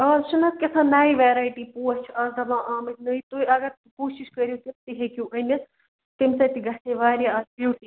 اَز چھِنا کیٛاہتھام نَیہِ ویرایٹی پوش چھِ اَز دپان آمٕتۍ نٔے تُہۍ اگر کوِٗشِش کٔرِو تُہۍ ہیٚکِو أنِتھ تَمہِ سۭتۍ تہِ گژھِ ہے واریاہ اَتھ بیٛوٗٹیفُل